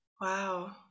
Wow